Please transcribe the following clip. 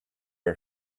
are